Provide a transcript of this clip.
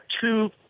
two